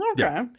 Okay